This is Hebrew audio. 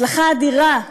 הצלחה אדירה לאופוזיציה,